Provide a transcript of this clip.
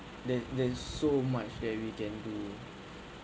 there's there's so much that we can do